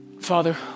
Father